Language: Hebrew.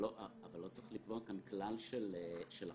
אבל לא צריך לקבוע כאן כלל של אחריות.